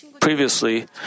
Previously